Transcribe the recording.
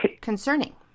concerning